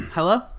hello